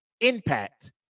impact